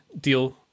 deal